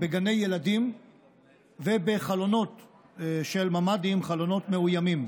בגני ילדים ובחלונות של ממ"דים, חלונות מאוימים.